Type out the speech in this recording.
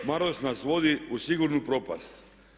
Maras nas vodi u sigurnu propast.